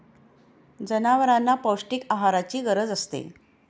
जनावरांना पौष्टिक आहाराची गरज असते